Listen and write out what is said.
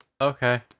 okay